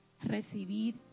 recibir